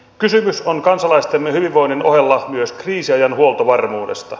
kysymys on kansalaistemme hyvinvoinnin ohella myös kriisiajan huoltovarmuudesta